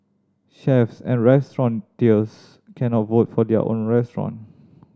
chefs and restaurateurs cannot vote for their own restaurant